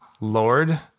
Lord